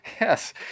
yes